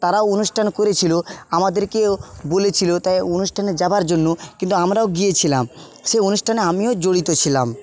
তারাও অনুষ্ঠান করেছিলো আমাদেরকেও বলেছিলো তায় অনুষ্ঠানে যাওয়ার জন্য কিন্তু আমরাও গিয়েছিলাম সে অনুষ্ঠানে আমিও জড়িত ছিলাম